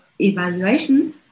evaluation